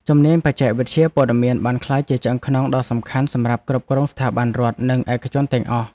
ជំនាញបច្ចេកវិទ្យាព័ត៌មានបានក្លាយជាឆ្អឹងខ្នងដ៏សំខាន់សម្រាប់គ្រប់ស្ថាប័នរដ្ឋ និងឯកជនទាំងអស់។